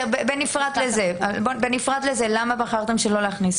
בנפרד מזה, למה בחרתם שלא להכניס את זה?